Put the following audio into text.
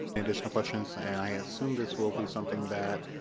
additional questions and i assume this will be something that